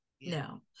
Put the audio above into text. no